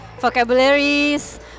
vocabularies